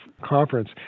Conference